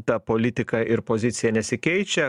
ta politika ir pozicija nesikeičia